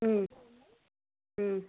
మ్మ్ మ్మ్